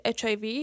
HIV